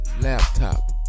Laptop